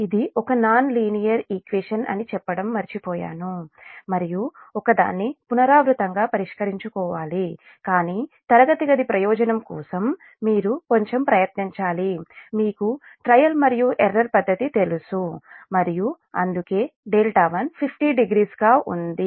ఇది ఒక non linear equation అని చెప్పడం మర్చిపోయాను మరియు ఒకదాన్ని పునరావృతంగా పరిష్కరించుకోవాలి కానీ తరగతి గది ప్రయోజనం కోసం మీరు కొంచెం ప్రయత్నించాలి మీకు ట్రయల్ మరియు ఎర్రర్ పద్ధతి తెలుసు మరియు అందుకే δ1 500 గా ఉంది